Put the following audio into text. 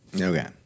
Okay